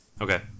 okay